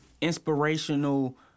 inspirational